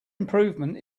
improvement